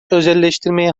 özelleştirmeye